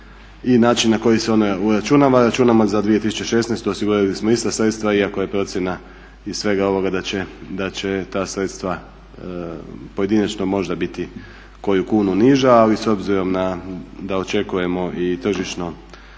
i način na koji se ona uračunava računamo za 2016. osigurali smo ista sredstva iako je procjena iz svega ovoga da će ta sredstva pojedinačno možda biti koju kunu niža ali s obzirom da očekujemo i tržišno